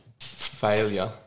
Failure